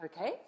okay